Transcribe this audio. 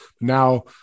Now